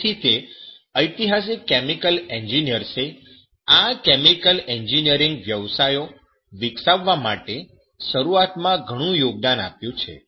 તેથી તે ઐતિહાસિક કેમિકલ એન્જિનિયર્સે આ કેમિકલ એન્જિનિયરિંગ વ્યવસાયો વિકસાવવા માટે શરૂઆતમાં ઘણું યોગદાન આપ્યું છે